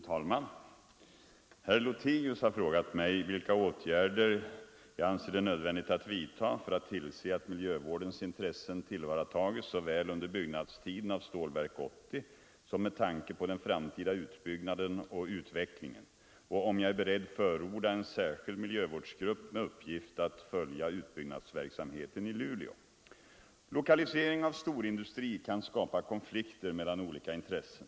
Fru talman! Herr Lothigius har frågat mig: 1. Vilka åtgärder anser statsrådet nödvändigt vidtaga för att tillse att miljövårdens intressen tillvaratages såväl under byggnadstiden av Stålverk 80 som med tanke på den framtida utbyggnaden och utvecklingen? 2. Är statsrådet beredd förorda en särskild miljövårdsgrupp med uppgift att följa utbyggnadsverksamheten i Luleå? Lokalisering av storindustri kan skapa konflikter mellan olika intressen.